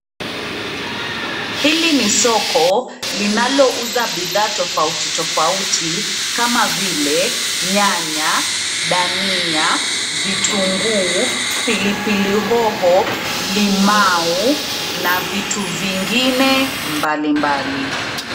Hili ni soko linalouza bidhaa tofauti tofauti kama vile: nyanya, dania, vitunguu, pilipili hoho, limau na vitu vingine mbali mbali.